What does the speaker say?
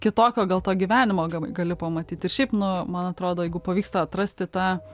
kitokio gal to gyvenimo ga gali pamatyt ir šiaip nu man atrodo jeigu pavyksta atrasti tą